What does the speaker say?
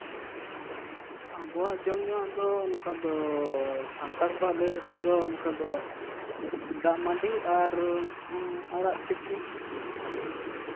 ᱟᱵᱚᱣᱟᱜ ᱡᱚᱢ ᱧᱩᱣᱟᱜ ᱫᱚ ᱚᱱᱠᱟ ᱫᱚ ᱥᱟᱱᱛᱟᱲ ᱞᱟᱹᱭ ᱞᱮᱠᱷᱟᱱ ᱫᱚ ᱚᱱᱠᱟ ᱫᱚ ᱫᱟᱜ ᱢᱟᱹᱰᱤ ᱟᱨ ᱟᱲᱟᱜ ᱛᱤᱠᱤ